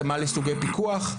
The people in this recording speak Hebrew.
התאמה לסוגי פיקוח.